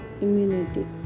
immunity